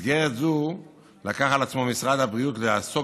במסגרת זו לקח על עצמו משרד הבריאות לעסוק